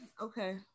okay